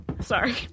sorry